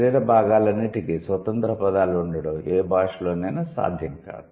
శరీర భాగాలన్నింటికి స్వతంత్ర పదాలు ఉండడం ఏ భాషలోనైనా సాధ్యం కాదు